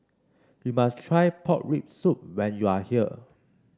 you must try Pork Rib Soup when you are here